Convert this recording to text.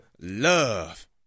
love